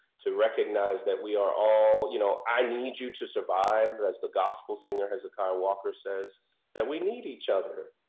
to recognize that, we are all, you know i need you to survive as the gospel singer hezekiah walker says that we need each other,